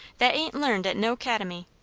that ain't learned at no cademy.